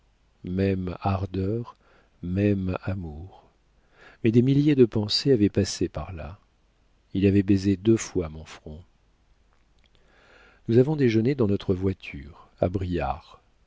même ardeur même amour mais des milliers de pensées avaient passé par là il avait baisé deux fois mon front nous avons déjeuné dans notre voiture à